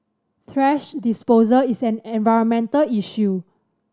thrash disposal is an environmental issue